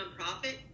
nonprofit